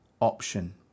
option